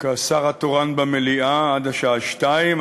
כשר התורן במליאה עד השעה 14:00,